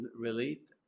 relate